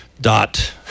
dot